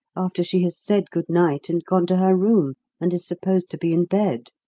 after she has said good night and gone to her room and is supposed to be in bed.